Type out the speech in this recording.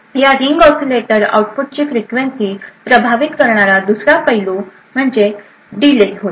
या ring oscillator आउटपुटची frequency प्रभावित करणारा दुसरा पैलू प्रत्येक टप्प्यातील डिले होय